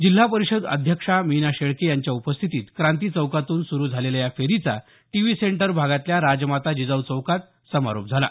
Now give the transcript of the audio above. जिल्हा परिषद अध्यक्षा मीना शेळके यांच्या उपस्थितीत क्रांती चौकातून सुरू झालेल्या या फेरीचा टीव्ही सेंटर भागातल्या राजमाता जिजाऊ चौकात समारोप झाला